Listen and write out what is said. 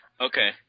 Okay